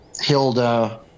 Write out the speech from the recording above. Hilda